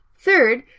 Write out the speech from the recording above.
Third